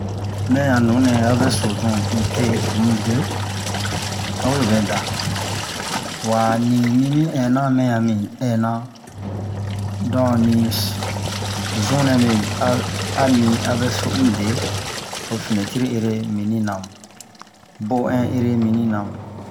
mɛ a nu nɛ a vɛ so zun n'te n'de awe vɛ da wa'a ni mi mi ɛna mɛ ɲan mi n'ɛna dɔ li zu nɛ ami a vɛ so n'de a fɛnɛtri ere minina bohen ere minina